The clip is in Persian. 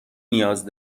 نیاز